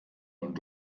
und